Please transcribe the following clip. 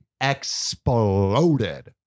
exploded